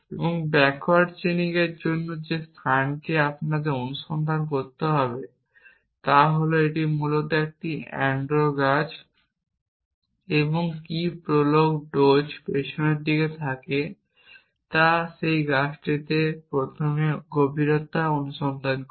এবং backward chaining এর জন্য যে স্থানটি আমাদের অনুসন্ধান করতে হবে তা হল এটি মূলত একটি অ্যান্ডো গাছ এবং কী প্রোলগ ডোজ পিছনের দিকে তা সেই গাছটিতে প্রথমে গভীরতা অনুসন্ধান করে